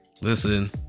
listen